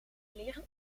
leren